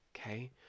Okay